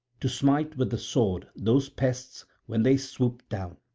to smite with the sword those pests when they swooped down.